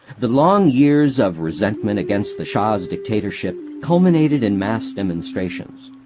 the long years of resentment against the shah's dictatorship culminated in mass demonstrations.